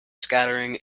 scattering